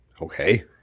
Okay